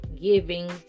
giving